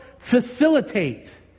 facilitate